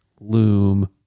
loom